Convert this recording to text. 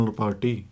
party